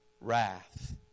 wrath